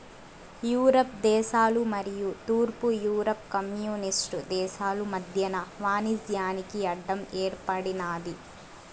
Europe దేశాలు మరియు తూర్పు యూరప్ కమ్యూనిస్టు దేశాలు మధ్యన వాణిజ్యానికి అడ్డం ఏర్పడినాది